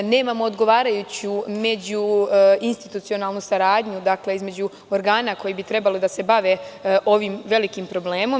Nemamo odgovarajuću međuinstitucionalnu saradnju, dakle, između organa koji bi trebalo da se bave ovim velikim problemom.